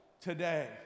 today